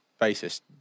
basis